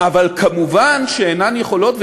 אבל מובן שאינן יכולות,